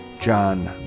John